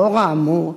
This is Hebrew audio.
לאור האמור,